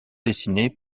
dessiné